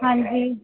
ਹਾਂਜੀ